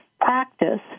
practice